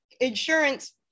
insurance